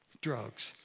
drugs